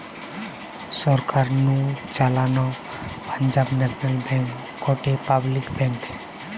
সরকার নু চালানো Punjab national bank গটে পাবলিক ব্যাঙ্ক